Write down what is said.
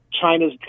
China's